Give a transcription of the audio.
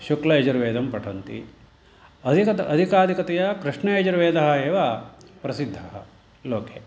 शुक्लयजुर्वेदं पठन्ति अधिकत अधिकाधिकतया कृष्णयजुर्वेदः एव प्रसिद्धः लोके